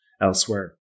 elsewhere